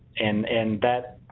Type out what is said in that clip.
and and that,